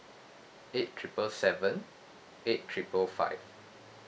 eight triple seven eight triple five